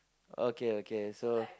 okay okay so